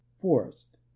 forest